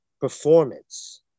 performance